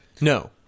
No